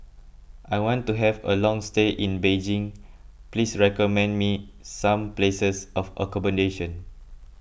I want to have a long stay in Beijing please recommend me some places for accommodation